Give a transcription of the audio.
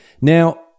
Now